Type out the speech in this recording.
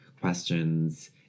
questions